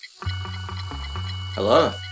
Hello